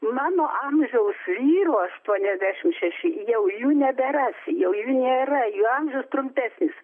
mano amžiaus vyrų aštuoniasdešimt šešių jau jų neberasi jau nėra jų amžius trumpesnis